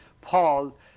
Paul